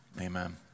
Amen